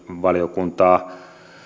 arvovaliokuntaa